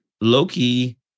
Loki